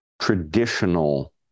traditional